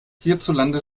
hierzulande